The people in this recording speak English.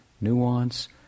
nuance